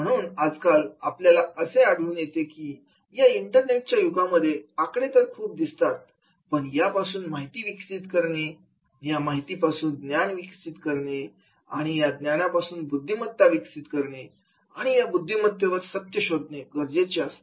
म्हणून आजकाल आपल्याला असे आढळून येते की या इंटरनेटच्या युगामध्ये आकडे तर खूप दिसतात पण या पासून माहिती विकसित करणे या माहितीवरून ज्ञान विकसित करणे आणि या ज्ञानावरून बुद्धिमत्ता विकसित करणे आणि या बुद्धिमत्तेवर सत्य शोधणे गरजेचे आहे